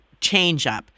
changeup